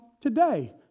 today